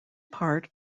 part